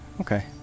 Okay